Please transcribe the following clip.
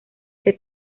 este